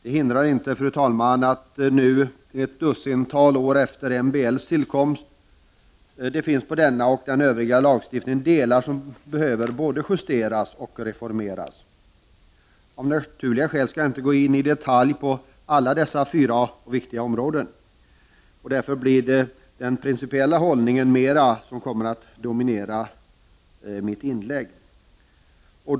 Det hindrar inte, fru talman, att det nu, ett dussintal år efter MBL:s tillkomst, i denna och den Övriga lagstiftningen finns delar som behöver både justeras och reformeras. Av naturliga skäl skall jag inte gå in i detalj på dessa fyra och viktiga områden, och därför kommer mitt inlägg mera att domineras av en principiell hållning.